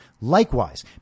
Likewise